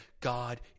God